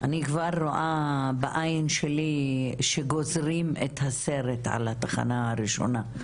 אני כבר רואה בעין שלי שגוזרים את הסרט על התחנה הראשונה.